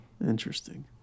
Interesting